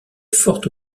forte